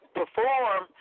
perform